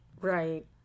Right